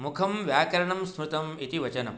मुखं व्याकरणं स्मृतम् इति वचनं